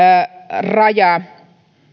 raja